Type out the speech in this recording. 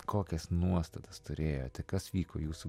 kokias nuostatas turėjote kas vyko jūsų